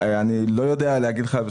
אני לא יודע להגיד לך.